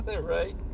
Right